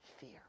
fear